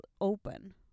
open